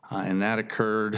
and that occurred